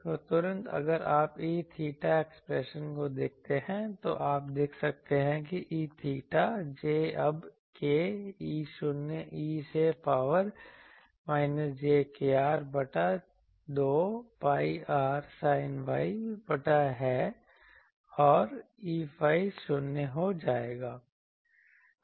तो तुरंत अगर आप E𝚹 एक्सप्रेशन को देखते हैं तो आप देख सकते हैं कि E𝚹 j ab k E0 e से पावर माइनस j kr बटा 2 pi r sin Y बटा Y हैऔर Eϕ 0 हो जाएगा